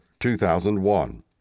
2001